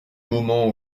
moments